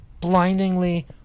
blindingly